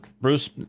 Bruce